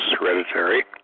hereditary